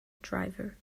driver